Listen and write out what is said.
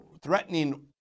threatening